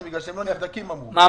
לא?